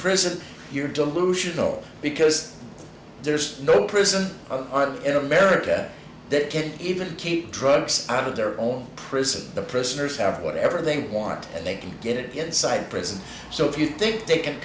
prison you're delusional because there's no prison in america that can't even keep drugs out of their own prison the prisoners have whatever they want and they can get inside prison so if you think they can